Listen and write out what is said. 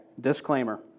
disclaimer